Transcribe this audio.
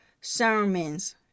Sermons